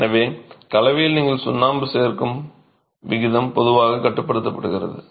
எனவே கலவையில் நீங்கள் சுண்ணாம்பு சேர்க்கும் விகிதம் பொதுவாக கட்டுப்படுத்தப்படுகிறது